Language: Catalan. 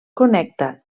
connecta